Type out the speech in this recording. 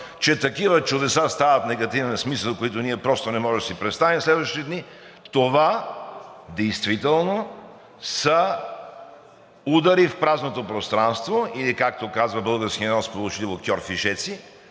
че такива чудеса стават в негативен смисъл, каквито ние просто не можем да си представим в следващите дни, това действително са удари в празното пространство или както казва българския народ сполучливо „кьорфишеци“.